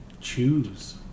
choose